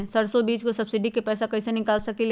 सरसों बीज के सब्सिडी के पैसा कईसे निकाल सकीले?